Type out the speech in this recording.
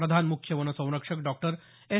प्रधान मुख्य वनसंरक्षक doctor S